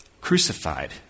crucified